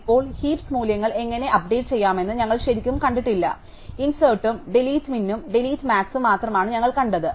ഇപ്പോൾ ഹീപ്സ് മൂല്യങ്ങൾ എങ്ങനെ അപ്ഡേറ്റ് ചെയ്യാമെന്ന് ഞങ്ങൾ ശരിക്കും കണ്ടിട്ടില്ല ഇന്സേര്ട്ട് ഉം ഡിലീറ്റ് മിൻ ഡിലീറ്റ് മാക്സും മാത്രമാണ് ഞങ്ങൾ കണ്ടത്